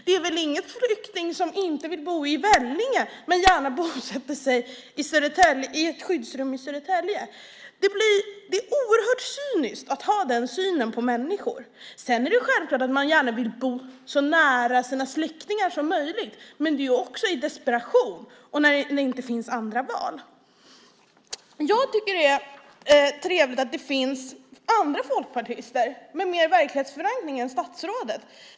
Det är väl inte någon flykting som inte vill bo i Vellinge men gärna bosätta sig i ett skyddsrum i Södertälje. Det är oerhört cyniskt att ha den synen på människor. Sedan är det självklart att man gärna vill bo så nära sina släktingar som möjligt. Men det gör man också av desperation och när det inte finns andra val. Det är trevligt att det finns andra folkpartister med mer verklighetsförankring än statsrådet.